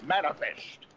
Manifest